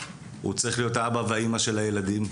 הוא צריך להיות האבא והאמא של הילדים,